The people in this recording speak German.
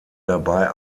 dabei